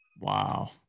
Wow